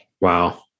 Wow